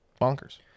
bonkers